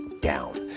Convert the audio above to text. down